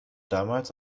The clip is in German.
damals